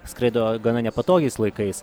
skraido gana nepatogiais laikais